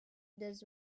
does